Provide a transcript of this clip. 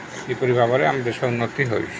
ଏପରି ଭାବରେ ଆମେ ଦେଶ ଉନ୍ନତି ହୋଇଛି